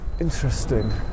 Interesting